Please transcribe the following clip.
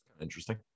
interesting